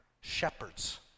Shepherds